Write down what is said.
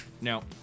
Now